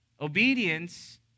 Obedience